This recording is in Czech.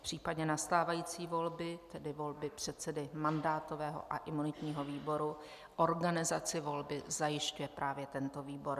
V případě nastávající volby, tedy volby předsedy mandátového a imunitního výboru, organizaci volby zajišťuje právě tento výbor.